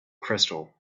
crystal